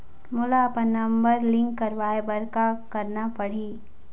मोला अपन number link करवाये बर का करना पड़ही?